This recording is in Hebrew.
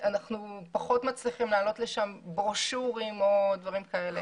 אנחנו פחות מצליחים להעלות לשם ברושורים או דברים כאלה.